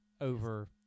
over